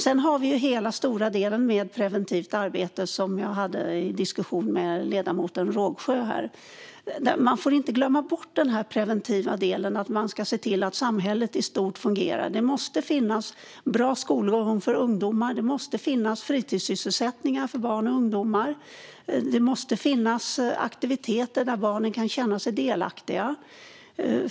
Sedan har vi hela den stora delen med preventivt arbete som jag hade en diskussion med ledamoten Rågsjö om. Man får inte glömma bort den preventiva delen som innebär att man ska se till att samhället i stort fungerar. Det måste finnas möjligheter till en bra skolgång för ungdomar, det måste finnas fritidssysselsättningar för barn och ungdomar och det måste finnas aktiviteter där barnen kan känna sig delaktiga.